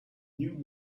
new